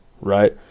right